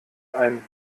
ein